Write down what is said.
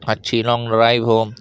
اچھی long drive ہو